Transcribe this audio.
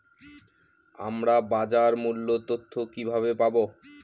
আমরা বাজার মূল্য তথ্য কিবাবে পাবো?